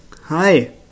Hi